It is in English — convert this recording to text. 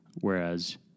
Whereas